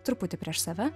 truputį prieš save